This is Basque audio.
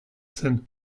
zen